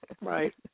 right